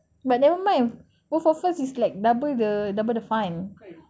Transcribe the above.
but nevermind both of us is like double the double the fun